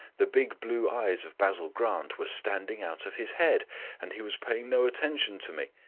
the big blue eyes of basil grant were standing out of his head and he was paying no attention to me.